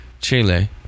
Chile